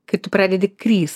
kai tu pradedi krys